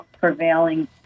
prevailing